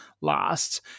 last